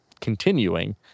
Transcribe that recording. continuing